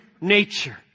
nature